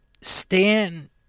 Stan